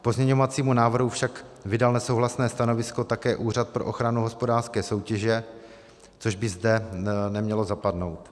K pozměňovacímu návrhu však vydal nesouhlasné stanovisko také Úřad pro ochranu hospodářské soutěže, což by zde nemělo zapadnout.